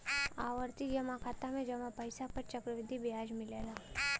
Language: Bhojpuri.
आवर्ती जमा खाता में जमा पइसा पर चक्रवृद्धि ब्याज मिलला